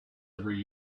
every